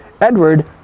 Edward